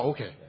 Okay